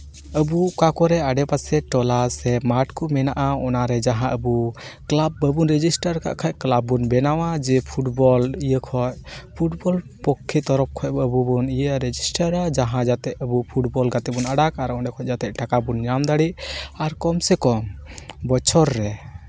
ᱟᱵᱚ ᱚᱠᱟ ᱠᱚᱨᱮ ᱟᱰᱮᱯᱟᱥᱮ ᱴᱚᱞᱟ ᱥᱮ ᱢᱟᱪᱷ ᱠᱚ ᱢᱮᱱᱟᱜᱼᱟ ᱚᱱᱟ ᱨᱮ ᱡᱟᱦᱟᱸ ᱟᱵᱚ ᱠᱞᱟᱵᱽ ᱵᱟᱵᱚᱱ ᱨᱮᱡᱤᱥᱴᱟᱨ ᱠᱟᱜ ᱠᱷᱟᱡ ᱠᱞᱟᱵᱽ ᱵᱚᱱ ᱵᱮᱱᱟᱣᱟ ᱡᱮ ᱯᱷᱩᱴᱵᱚᱞ ᱤᱭᱟᱹ ᱠᱷᱚᱡ ᱯᱷᱩᱴᱵᱚᱞ ᱯᱚᱠᱠᱷᱮ ᱛᱚᱨᱚᱯ ᱠᱷᱚᱡ ᱟᱵᱚ ᱵᱚᱱ ᱤᱭᱟᱹ ᱭᱟ ᱨᱮᱡᱤᱥᱴᱟᱨᱟ ᱡᱟᱦᱟᱸ ᱡᱟᱛᱮ ᱟᱵᱚ ᱯᱷᱩᱴᱵᱚᱞ ᱜᱟᱛᱮ ᱵᱚᱱ ᱟᱲᱟᱜᱽ ᱟᱨ ᱚᱸᱰᱮ ᱠᱷᱚᱡ ᱡᱟᱛᱮ ᱴᱟᱠᱟ ᱵᱚᱱ ᱧᱟᱢ ᱫᱟᱲᱮᱜ ᱟᱨ ᱠᱚᱢ ᱥᱮ ᱠᱚᱢ ᱵᱚᱪᱷᱚᱨ ᱨᱮ